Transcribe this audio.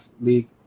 league